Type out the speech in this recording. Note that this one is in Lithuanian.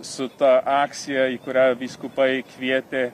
su ta akcija į kurią vyskupai kvietė